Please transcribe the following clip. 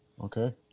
Okay